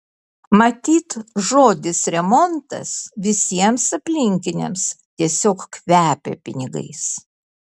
matyt žodis remontas visiems aplinkiniams tiesiog kvepia pinigais